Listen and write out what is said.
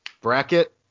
bracket